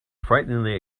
frighteningly